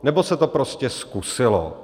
Nebo se to prostě zkusilo?